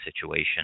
situation